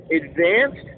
advanced